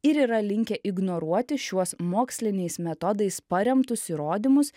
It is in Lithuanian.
ir yra linkę ignoruoti šiuos moksliniais metodais paremtus įrodymus